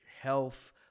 health